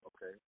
Okay